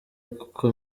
kuko